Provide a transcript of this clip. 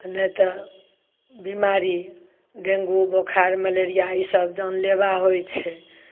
आ नहि तऽ बिमारी डेंगू बुखार मलेरिया इसब जानलेवा होइ छै